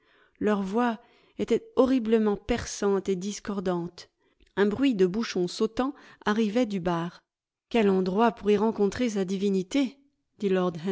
leurs voix étaient horriblement perçantes et discordantes un bruit de bouchon sautant arrivait du bar quel endroit pour y rencontrer sa divinité